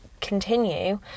Continue